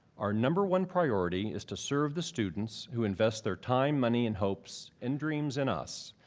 our number one priority is to serve the students who invest their time, money, and hopes and dreams in us.